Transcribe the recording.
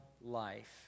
life